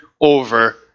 over